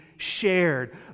shared